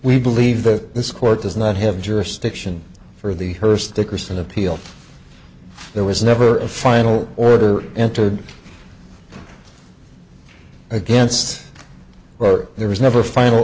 we believe that this court does not have jurisdiction for the hearst dickerson appeal there was never a final order entered against or there was never a final